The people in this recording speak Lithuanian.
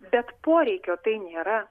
bet poreikio tai nėra